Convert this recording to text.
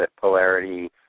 polarity